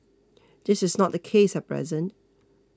this is not the case at present